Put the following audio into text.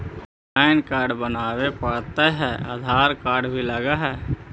Pan card बनावे पडय है आधार कार्ड भी लगहै?